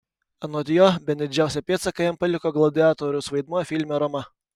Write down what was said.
anot jo bene didžiausią pėdsaką jam paliko gladiatoriaus vaidmuo filme roma